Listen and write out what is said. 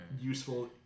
useful